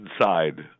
inside